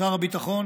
לשר הביטחון